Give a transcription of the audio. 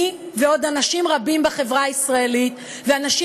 אני ועוד אנשים רבים בחברה הישראלית ואנשים